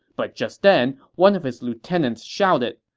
but just then, one of his lieutenants shouted,